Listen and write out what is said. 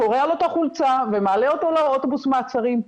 קורע לו את החולצה ומעלה אותו לאוטובוס מעצרים.